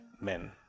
men